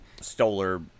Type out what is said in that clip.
Stoller